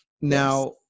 now